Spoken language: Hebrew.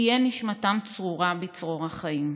תהיה נשמתם צרורה בצרור החיים.